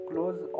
close